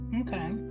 Okay